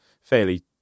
fairly